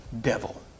devil